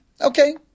Okay